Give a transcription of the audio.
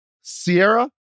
Sierra